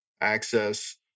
access